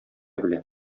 белә